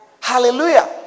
Hallelujah